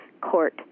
court